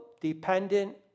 dependent